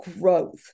growth